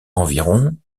environ